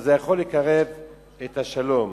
זה יכול לקרב את השלום.